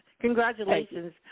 Congratulations